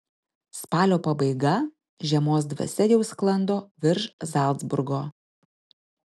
spalio pabaiga žiemos dvasia jau sklando virš zalcburgo